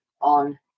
on